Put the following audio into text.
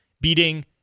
beating